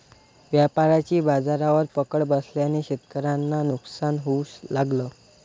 व्यापाऱ्यांची बाजारावर पकड बसल्याने शेतकऱ्यांना नुकसान होऊ लागलं